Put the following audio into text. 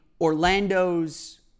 Orlando's